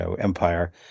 Empire